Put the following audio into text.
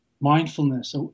mindfulness